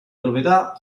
proprietà